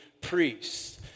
priests